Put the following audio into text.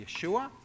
Yeshua